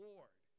Lord